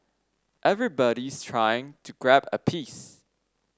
everybody's trying to grab a piece